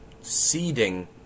seeding